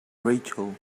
rachel